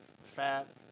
fat